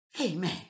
Amen